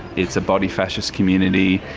it's a body fascist community.